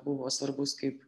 buvo svarbus kaip